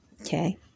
okay